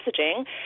messaging